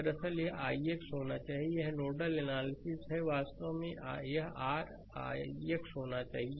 दरअसल यह ix होना चाहिए यह एक नोडल एनालिसिस है वास्तव में यह r ix होना चाहिए